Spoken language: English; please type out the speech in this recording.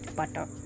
butter